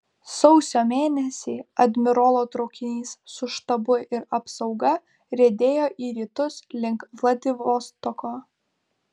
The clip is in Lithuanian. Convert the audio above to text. sausio mėnesį admirolo traukinys su štabu ir apsauga riedėjo į rytus link vladivostoko